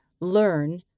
Learn